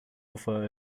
offer